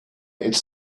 it’s